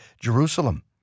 Jerusalem